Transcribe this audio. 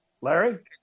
Larry